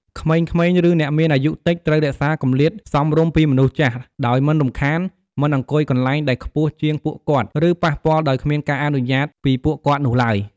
ក្មេងៗ ឬ អ្នកមានអាយុតិច ត្រូវរក្សាទម្លាតសមរម្យពីមនុស្សចាស់ ដោយមិនរំខាន មិនអង្គុយកន្លែងដែលខ្ពស់ជាងពួកគាត់ ឬ ប៉ះពាល់ដោយគ្មានការអនុញ្ញាតិពីពួកគាត់នោះឡើយ។